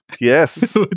Yes